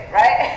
right